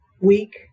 week